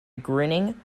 grinning